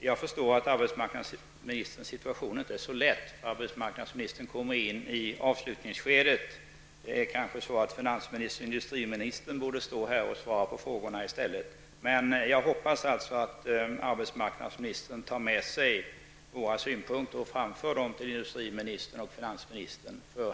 Jag förstår att arbetsmarknadsministerns situation inte är så lätt. Arbetsmarknadsministern kommer in i det avslutande skedet, och det är kanske finansministern och industriministern som i stället borde stå här och svara på frågorna. Men jag hoppas att arbetsmarknadsministern tar med sig våra synpunkter och framför dem till industriministern och finansministern.